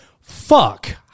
fuck